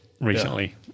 recently